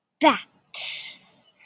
bats